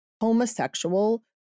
homosexual